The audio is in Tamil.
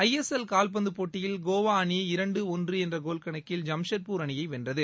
ஐஎஸ்எல் கால்பந்து போட்டியில் கோவா அணி இரண்டு ஒன்று என்ற கோல் கணக்கில் ஜம்ஷெட்பூர் அணியை வென்றது